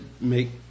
make